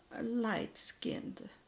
light-skinned